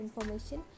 information